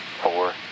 four